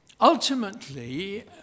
Ultimately